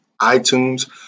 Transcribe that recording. iTunes